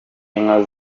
inka